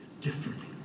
differently